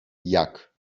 jak